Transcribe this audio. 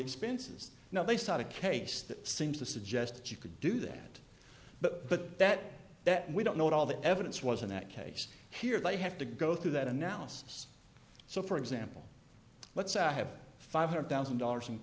expenses now they start a case that seems to suggest that you could do that but that that we don't know what all the evidence was in that case here they have to go through that analysis so for example let's say i have five hundred thousand dollars in